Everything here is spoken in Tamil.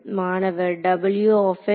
மாணவர் ஆகும்